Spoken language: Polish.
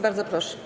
Bardzo proszę.